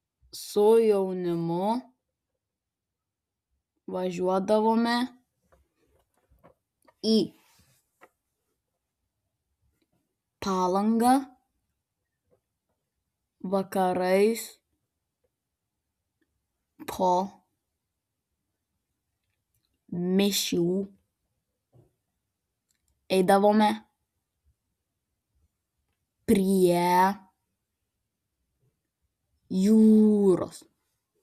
su jaunimu važiuodavome į palangą vakarais po mišių eidavome prie jūros